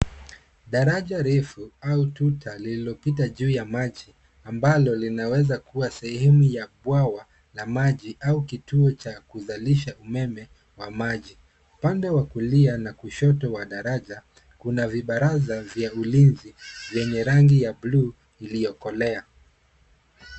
Daraja refu au tuta lililopita juu ya maji ambalo linaweza kuwa sehemu ya bwawa la maji au kituo cha kuzalisha umeme wa maji. Upande wa kulia na kushoto wa daraja kuna vibaraza za ulinzi zenye rangi ya bluu iliyokolea.